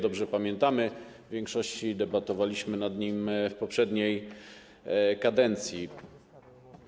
Dobrze to pamiętamy, w większości debatowaliśmy nad nim w poprzedniej kadencji.